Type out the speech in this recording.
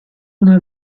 una